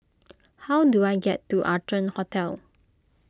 how do I get to Arton Hotel